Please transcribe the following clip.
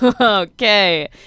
Okay